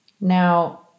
Now